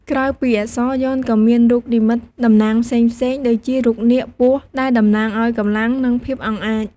ក្រៅពីអក្សរ យ័ន្តក៏មាន រូបនិមិត្តតំណាងផ្សេងៗដូចជា រូបនាគ ពស់ ដែលតំណាងឱ្យកម្លាំង និងភាពអង់អាច។